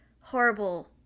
horrible